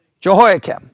Jehoiakim